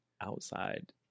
outside